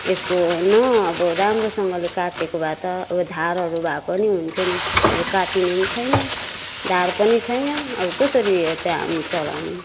यसको न अब राम्रोसँगले काटेको भए त अब धारहरू भए पनि हुन्थ्यो नि अब काटिने पनि छैन धार पनि छैन अब कसरी यो चाहिँ हामी चलाउनु